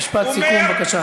משפט סיכום בבקשה,